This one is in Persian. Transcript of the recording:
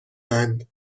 اند